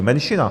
Menšina.